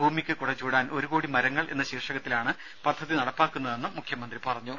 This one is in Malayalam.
ഭൂമിക്ക് കുട ചൂടാൻ ഒരു കോടി മരങ്ങൾ എന്ന ശീർഷകത്തിലാണ് ഈ പദ്ധതി നടപ്പാക്കുന്നതെന്നും മുഖ്യമന്ത്രി പറഞ്ഞു